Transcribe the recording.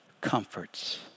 comforts